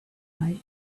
night